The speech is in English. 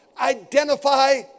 identify